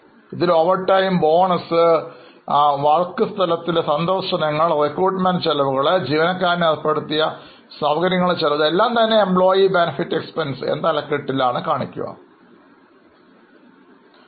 പക്ഷേ ഇതിൽ overtime bonus work സ്ഥലത്തിലെ സന്ദർശനങ്ങൾ റിക്രൂട്ട്മെൻറ് ചെലവുകൾ ജീവനക്കാരന്ഏർപ്പെടുത്തിയ സൌകര്യങ്ങളുടെ ചെലവ് ഇവയെല്ലാം employee benefit expenses എന്ന തലക്കെട്ടിനു കീഴിൽ വരും